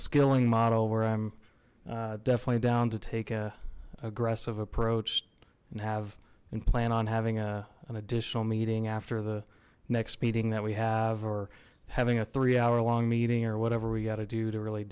skilling model where i'm definitely down to take a aggressive approach and have and plan on having a an additional meeting after the next meeting that we have or having a three hour long meeting or whatever we got to do to really